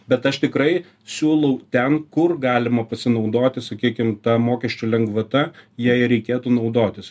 bet aš tikrai siūlau ten kur galima pasinaudoti sakykim ta mokesčių lengvata ja ir reikėtų naudotis